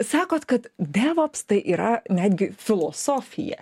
sakot kad devops tai yra netgi filosofija